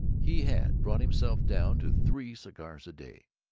he had brought himself down to three cigars a day.